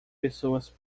pessoas